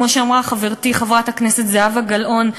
כמו שאמרה חברתי חברת הכנסת זהבה גלאון,